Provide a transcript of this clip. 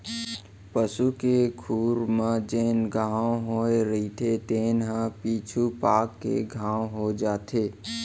पसू के खुर म जेन घांव होए रइथे तेने ह पीछू पाक के घाव हो जाथे